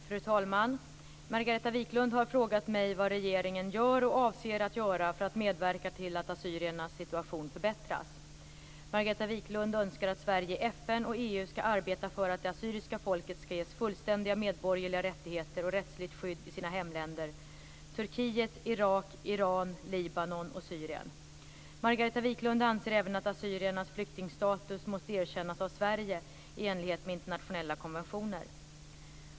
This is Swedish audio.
Fru talman! Margareta Viklund har frågat mig vad regeringen gör och avser att göra för att medverka till att assyriernas situation förbättras. Margareta Viklund önskar att Sverige i FN och EU skall arbeta för att det assyriska folket skall ges fullständiga medborgerliga rättigheter och rättsligt skydd i sina hemländer Turkiet, Irak, Iran, Libanon och Syrien. Magareta Viklund anser även att assyriernas flyktingstatus måste erkännas av Sverige i enlighet med internationella konventioner.